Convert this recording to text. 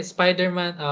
Spider-Man